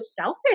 selfish